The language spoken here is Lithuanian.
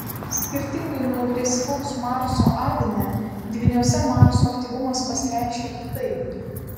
skirtingai nuo agresyvaus marso avine dvyniuose marso aktyvumas pasireiškia kitaip